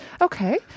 okay